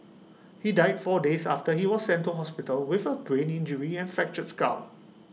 he died four days after he was sent to hospital with A brain injury and fractured skull